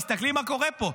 תסתכלי מה קורה פה.